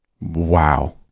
wow